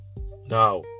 Now